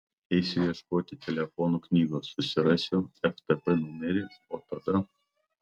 eisiu ieškoti telefonų knygos susirasiu ftb numerį o tada